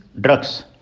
drugs